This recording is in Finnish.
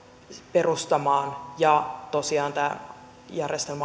perustamaan ja tosiaan tämä järjestelmä